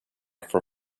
for